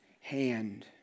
hand